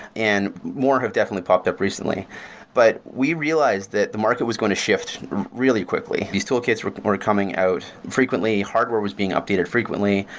and more have definitely popped up recently but we realized that the market was going to shift really quickly. these toolkits were were coming out frequently, hardware was being updated frequently.